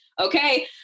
Okay